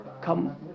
come